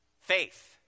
Faith